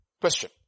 Question